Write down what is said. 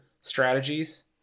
strategies